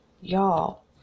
y'all